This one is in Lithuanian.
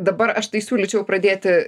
dabar aš tai siūlyčiau pradėti